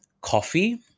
coffee